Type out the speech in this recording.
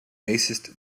bassist